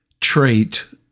trait